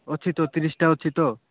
ଅଛି ତ ତିରିଶିଟା ଅଛି ତ